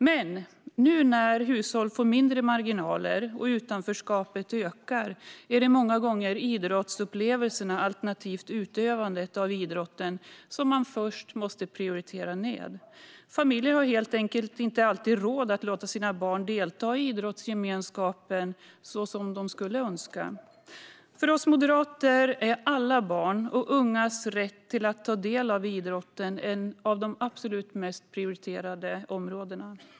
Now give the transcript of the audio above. Men nu när hushåll får mindre marginaler och utanförskapet ökar är det många gånger idrottsupplevelserna alternativt utövandet av idrotten som man först måste prioritera ned. Familjer har helt enkelt inte alltid råd att låta sina barn delta i idrottsgemenskapen så som de skulle önska. För oss moderater är alla barns och ungas rätt att ta del av idrott ett av de absolut mest prioriterade områdena.